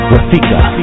Rafika